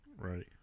Right